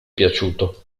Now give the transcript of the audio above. piaciuto